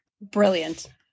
Brilliant